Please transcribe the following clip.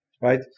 right